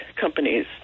companies